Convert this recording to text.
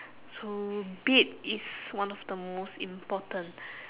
so bed is one of the most important